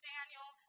Daniel